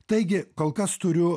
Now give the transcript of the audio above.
taigi kol kas turiu